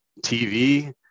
TV